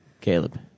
Caleb